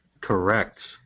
Correct